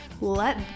Let